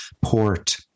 port